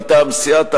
מטעם סיעת העבודה,